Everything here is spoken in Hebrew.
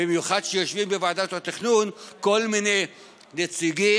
במיוחד כשיושבים בוועדת התכנון כל מיני נציגים